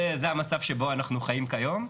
זה המצב שבו אנחנו חיים כיום.